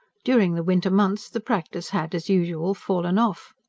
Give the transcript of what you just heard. during the winter months the practice had as usual fallen off.